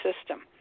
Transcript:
system